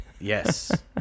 Yes